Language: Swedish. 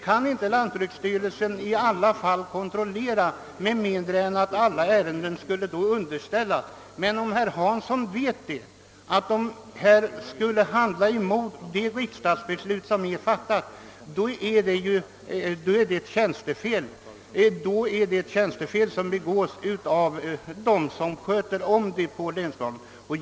Ja, lantbruksstyrelsen kan inte kontrollera detta med mindre än att ärendena underställes styrelsen. Men såsom herr Hansson vet vore det tjänstefel av dem som handlägger ärendena på länsplanet, om de skulle handla mot det riksdagsbeslut som är fattat.